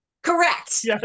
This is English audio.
Correct